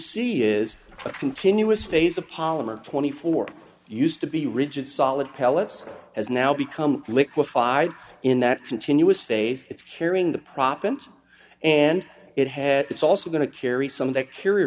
see is a continuous phase a polymer twenty four used to be rigid solid pellets has now become liquefied in that continuous phase it's carrying the proppant and it had it's also going to carry some of that curious